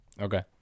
okay